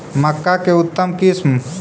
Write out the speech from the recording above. मक्का के उतम किस्म?